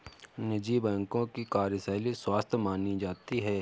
निजी बैंकों की कार्यशैली स्वस्थ मानी जाती है